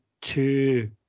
two